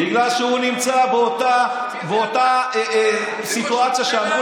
בגלל שהוא נמצא באותה סיטואציה שאמרו